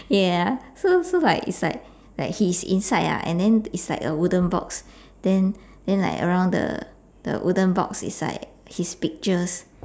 ya so so like it's like like he's inside lah and then it's like a wooden box then then like around the the wooden box it's like his pictures